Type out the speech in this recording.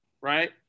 Right